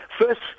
first